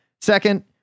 Second